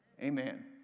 Amen